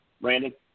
Brandon